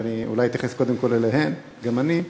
ואולי אתייחס קודם כול אליהם גם אני.